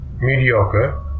mediocre